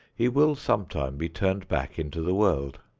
he will some time be turned back into the world.